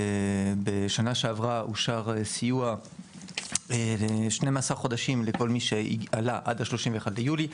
בשנה שעברה אושר סיוע ל-12 חודשים לכל מי שעלה עד ה-31 ביולי.